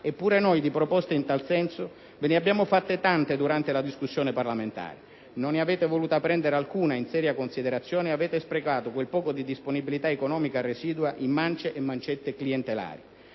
Eppure noi di proposte in tal senso ve ne abbiamo fatte tante durante la discussione parlamentare della manovra. Non ne avete voluta prendere alcuna in seria considerazione e avete sprecato quel poco di disponibilità economica residua in mance e mancette clientelari.